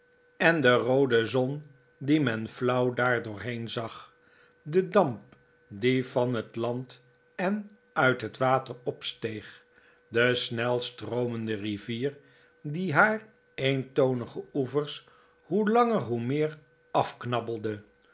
en de roode zon die men flauw daar doorheen zag de damp die van het land en uit het water opsteeg de snelstroomende rivier die haar eentonige oevers hoe langer hoe meer afknabbelde hoe